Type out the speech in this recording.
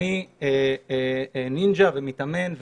אני נינג'ה ואני מתאמן,